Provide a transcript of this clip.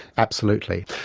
absolutely.